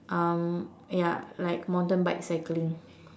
um ya like mountain bike cycling